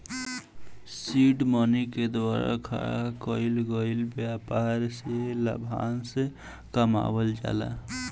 seed money के द्वारा खड़ा कईल गईल ब्यपार से लाभांस कमावल जाला